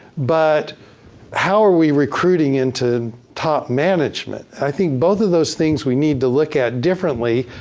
but how are we recruiting into top management? i think both of those things we need to look at differently,